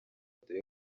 dore